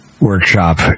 workshop